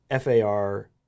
FAR